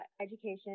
Education